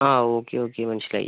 ആ okay okay മനസ്സിലായി